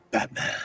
Batman